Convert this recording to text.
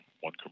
one